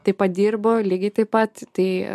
tai padirbo lygiai taip pat tai